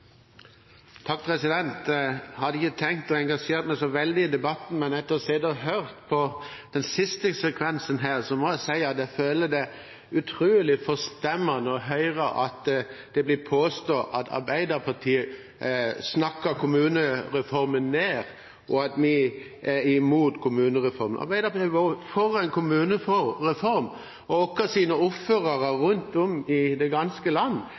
Jeg hadde ikke tenkt å engasjere meg så veldig i debatten, men etter å ha sittet og hørt på den siste sekvensen, må jeg si det føles utrolig forstemmende å høre at det blir påstått at Arbeiderpartiet snakker kommunereformen ned, og at vi er imot kommunereformen. Arbeiderpartiet har vært for en kommunereform. Våre ordførere rundt om i det ganske land